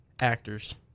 actors